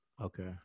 Okay